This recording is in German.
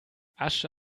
asche